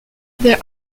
there